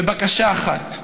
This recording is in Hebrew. בבקשה אחת: